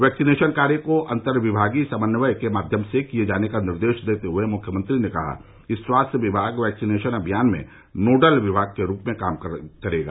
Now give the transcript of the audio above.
vaccination कार्य को अंतर्विमागीय समन्वय के माध्यम से किये जाने के निर्देश देते हुए मुख्यमंत्री ने कहा कि स्वास्थ्य विभाग वैक्सीनेशन अमियान में नोडल विभाग के रूप में काम करेगा